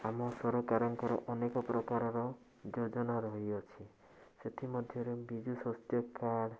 ଆମ ସରକାରଙ୍କର ଅନେକ ପ୍ରକାରର ଯୋଜନା ରହିଅଛି ସେଥିମଧ୍ୟରେ ବିଜୁ ସ୍ୱାସ୍ଥ୍ୟକାର୍ଡ଼